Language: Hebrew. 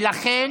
ולכן